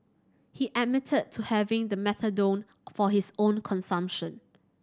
he admitted to having the methadone for his own consumption